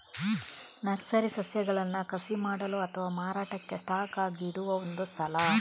nursery ಸಸ್ಯಗಳನ್ನ ಕಸಿ ಮಾಡಲು ಅಥವಾ ಮಾರಾಟಕ್ಕೆ ಸ್ಟಾಕ್ ಆಗಿ ಇಡುವ ಒಂದು ಸ್ಥಳ